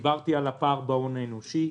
דיברתי על הפער בהון האנושי,